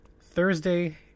Thursday